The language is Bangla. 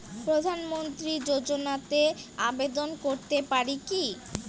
প্রধানমন্ত্রী যোজনাতে আবেদন করতে পারি কি?